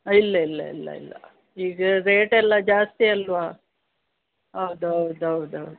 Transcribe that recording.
ಇಲ್ಲ ಇಲ್ಲ ಇಲ್ಲ ಇಲ್ಲ ಈಗ ರೇಟೆಲ್ಲ ಜಾಸ್ತಿ ಅಲ್ವ ಹೌದು ಹೌದು ಹೌದು ಹೌದು